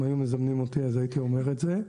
אם היו מזמנים אותי אז הייתי אומר את זה.